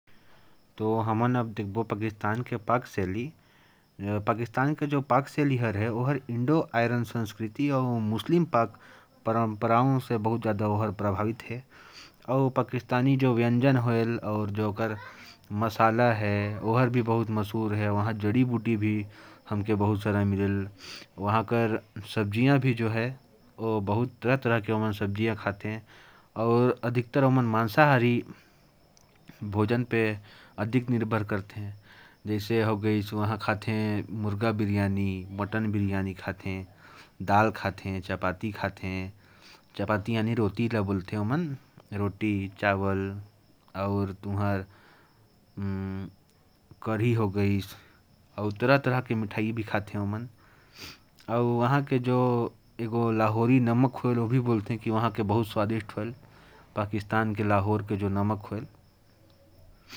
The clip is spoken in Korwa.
पाकिस्तान की जो पाक शैली है, वह इंडो-आर्यन संस्कृति और मुस्लिम पाक शैली से प्रभावित है। और पाकिस्तानी जो व्यंजन हैं, वे बहुत मशहूर हैं। पाकिस्तानी लोग मांस खाना बहुत पसंद करते हैं, जैसे बिरयानी, मटन, कबाब। और पाकिस्तान का लाहौर नामक शहर भी बहुत मशहूर है।